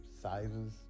sizes